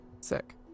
Sick